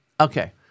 Okay